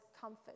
comfort